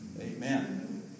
Amen